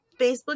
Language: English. facebook